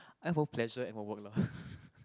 add more pleasure add more work lah